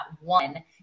one